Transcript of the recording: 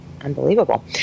unbelievable